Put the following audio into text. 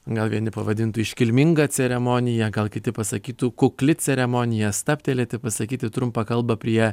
gal vieni pavadintų iškilminga ceremonija gal kiti pasakytų kukli ceremonija stabtelėti pasakyti trumpą kalbą prie